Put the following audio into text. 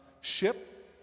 ship